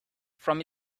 from